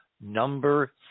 number